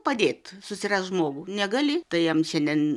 padėt susirast žmogų negali tai jam šiandien